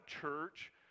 church